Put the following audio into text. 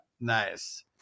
Nice